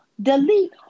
Delete